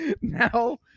Now